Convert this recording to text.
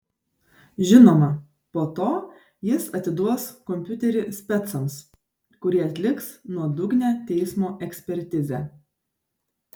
žinoma po to jis atiduos kompiuterį specams kurie atliks nuodugnią teismo ekspertizę